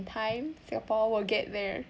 time singapore will get there